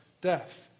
death